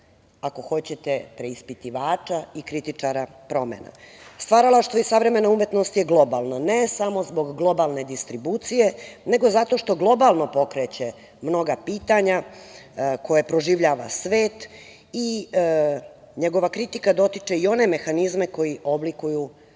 ako hoćete, preispitivača i kritičara promena. Stvaralaštvo i savremena umetnost je globalno, ne samo zbog globalne distribucije, nego zato što globalno pokreće mnoga pitanja koja proživljava svet i njegova kritika dotiče i one mehanizme koji oblikuju